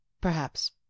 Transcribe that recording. Perhaps